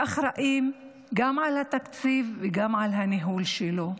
שאחראים גם לתקציב וגם על הניהול שלו.